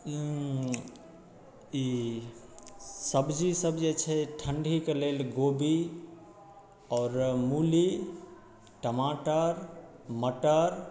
ई सब्जी सब जे छै ठण्डीके लेल गोबी आओर मूली टमाटर मटर